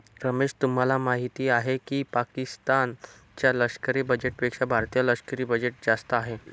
रमेश तुम्हाला माहिती आहे की पाकिस्तान च्या लष्करी बजेटपेक्षा भारतीय लष्करी बजेट जास्त आहे